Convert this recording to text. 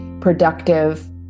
productive